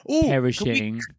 perishing